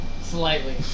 slightly